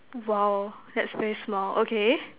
!wow! that's very small okay